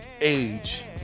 age